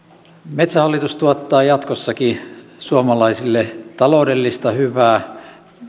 metsähallitus tuottaa jatkossakin suomalaisille taloudellista hyvää